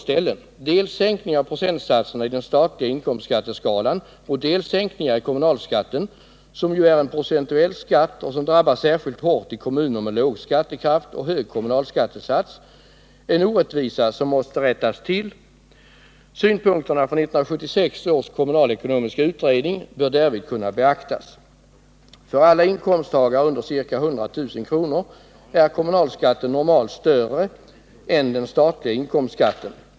Det gäller dels en sänkning av procentsatserna i den statliga inkomstskatteskalan, dels sänkningar av kommunalskatten, som ju är en procentuell skatt och som drabbar särskilt hårt i kommuner med låg skattekraft och hög kommunal skattesats — en orättvisa som måste rättas till. Synpunkterna från 1976 års kommunalekonomiska utredning bör därvid kunna beaktas. För alla med inkomst under ca 100000 kr. är kommunalskatten normalt större än den statliga inkomstskatten.